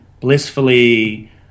blissfully